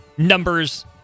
Numbers